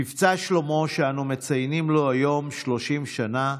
מבצע שלמה, שאנו מציינים לו היום 30 שנה,